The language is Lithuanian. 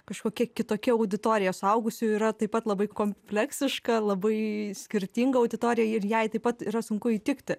kažkokia kitokia auditorija suaugusiųjų yra taip pat labai kompleksiška labai skirtinga auditorija ir jai taip pat yra sunku įtikti